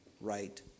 right